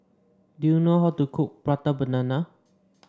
do you know how to cook Prata Banana